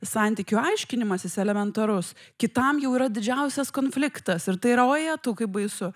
santykių aiškinimasis elementarus kitam jau yra didžiausias konfliktas ir tai yra o jetau kaip baisu